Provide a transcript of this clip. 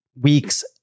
weeks